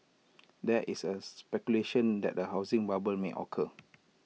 there is A speculation that A housing bubble may occur